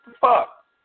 fuck